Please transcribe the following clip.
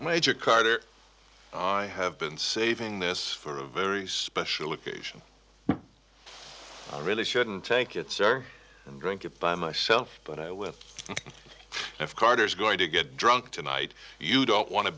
major carter i have been saving this for a very special occasion i really shouldn't take it sir and drink it by myself but i with if carter's going to get drunk tonight you don't want to